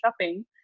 shopping